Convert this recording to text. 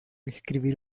escribir